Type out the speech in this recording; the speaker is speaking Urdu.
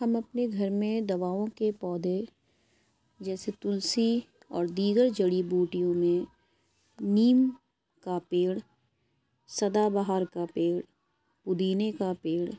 ہم اپنے گھر میں دواؤں کے پودے جیسے تلسی اور دیگر جڑی بوٹیوں میں نیم کا پیڑ سدا بہار کا پیڑ پودینے کا پیڑ